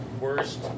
Worst